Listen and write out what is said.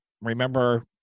remember